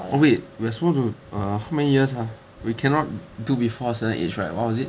oh wait we are supposed to err how many years ah we cannot do before a certain age right what was it